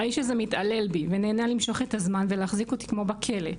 האיש הזה מתעלל בי ונהנה למשוך את הזמן ולהחזיק אותי כמו בכלא,